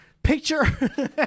Picture